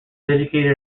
educated